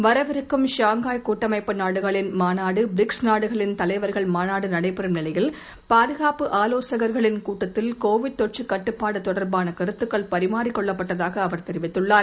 வரவிருக்கும் ஷங்காய் கூட்டமைப்பு நாடுகளின் மாநாடுபிரிக்ஸ் நாடுகளின் தலைவர்கள் மாநாடுநடைபெறும் நிலையில் பாதுகாப்பு ஆலோசகர்களின் கூட்டத்தில் கோவிட் தொற்றுகட்டுப்பாடுதொடர்பானகருத்துகள் பரிமாறிக் கொள்ளப்பட்டதாகஅவர் தெரிவித்துள்ளார்